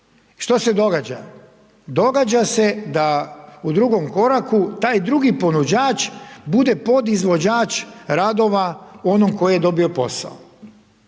Što se događa? Događa se da u drugom koraku taj drugi ponuđač bude podizvođač radova onom koji je dobio posao.